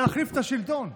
להחליף את השלטון,